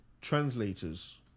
Translators